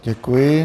Děkuji.